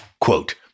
Quote